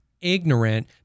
ignorant